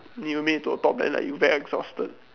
you make to top like that that you very exhausted